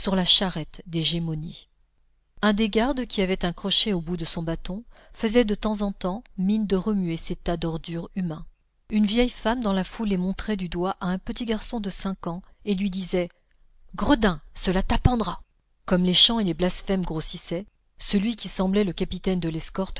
la charrette des gémonies un des gardes qui avait un crochet au bout de son bâton faisait de temps en temps mine de remuer ces tas d'ordure humains une vieille femme dans la foule les montrait du doigt à un petit garçon de cinq ans et lui disait gredin cela t'apprendra comme les chants et les blasphèmes grossissaient celui qui semblait le capitaine de l'escorte